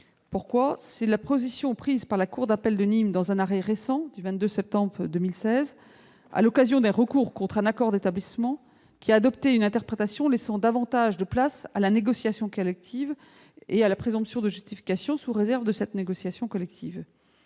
conforme à la celle qu'a prise la cour d'appel de Nîmes dans un arrêt rendu le 22 septembre 2016 à l'occasion d'un recours contre un accord d'établissement qui a adopté une interprétation laissant davantage de place à la négociation collective et à la présomption de justification sous réserve de cette négociation collective.